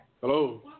Hello